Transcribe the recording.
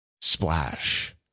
Splash